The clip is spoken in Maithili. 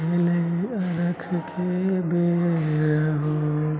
भेलय अर्घ्यके बेर हो